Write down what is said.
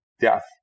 death